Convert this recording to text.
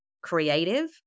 creative